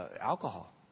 alcohol